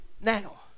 now